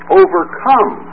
overcome